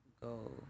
go